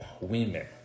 Women